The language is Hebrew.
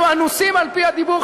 אנחנו אנוסים על-פי הדיבור,